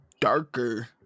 darker